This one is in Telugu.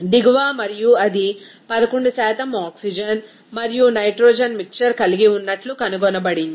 దిగువ మరియు అది 11 ఆక్సిజన్ మరియు నైట్రోజన్ మిక్సర్ కలిగి ఉన్నట్లు కనుగొనబడింది